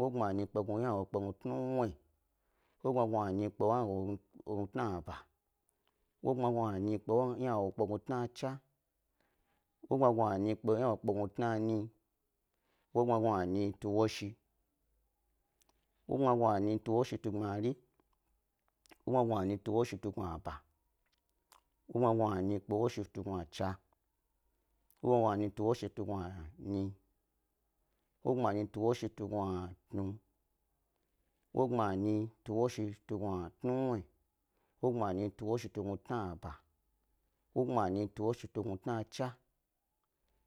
Wogbma nyi kpe gnuwo kpe bi gnu tnuwnuwyi, wogbma nyi kpe gnuwo gnawo kpe tna ba, wogbma nyi kpe gnuwo kpe tnachna, wogbma nyi kpe gnuwo kpe tnanyi, wogbma gnunyi tu woshi, wogbma gnunyi tu woshi tu gbmari, wogbma gnunyi tu woshi tu gnu aba, wogbma gnunyi tu woshi tu gnachna, wogbma gnunyi tu woshi tu gnunyi, wogbma gnunyi tu woshi tu gnu tnu, wogbma gnunyi tu woshi tu tnuwnuwyi, wogbma gnunyi tu woshi tu tna'aba, wogbma gnunyi tu woshi tu tnachna,